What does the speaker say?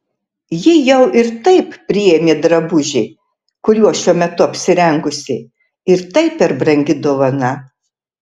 ji jau ir taip priėmė drabužį kuriuo šiuo metu apsirengusi ir tai per brangi dovana